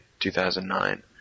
2009